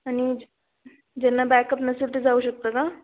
आणि ज्यांना बॅकअप नसेल ते जाऊ शकतं का